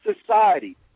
society